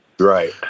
Right